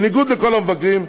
בניגוד לכל המבקרים,